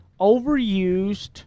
overused